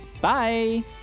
bye